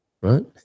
right